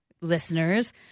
listeners